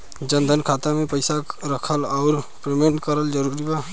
जनधन खाता मे पईसा रखल आउर मेंटेन करल जरूरी बा?